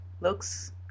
looks